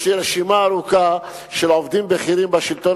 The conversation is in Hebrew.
יש לי רשימה ארוכה של עובדים בכירים בשלטון